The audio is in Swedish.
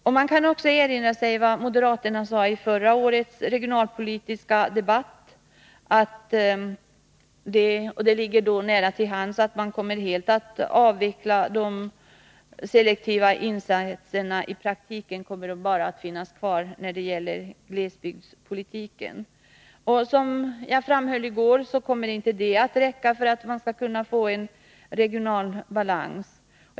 Om man också erinrar sig vad moderaterna sade i anslutning till förra årets regionalpolitiska beslut, ligger det nära till hands att dra slutsatsen att selektivt stöd i moderaternas regionalpolitik i praktiken skall finnas kvar bara inom glesbygdspolitiken. Som jag framhöll i går kommer det inte att räcka om man skall få en regional balans.